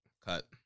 cut